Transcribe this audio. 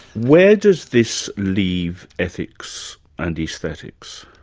where does this leave ethics and aesthetics?